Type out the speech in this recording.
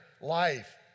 life